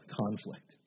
conflict